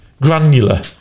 granular